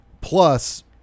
plus